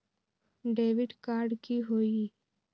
Debit card की होई?